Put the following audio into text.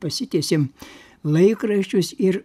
pasitiesėm laikraščius ir